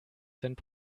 cent